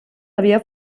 havia